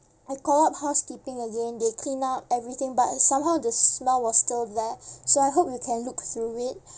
I call up housekeeping again they clean up everything but somehow the smell was still there so I hope you can look through it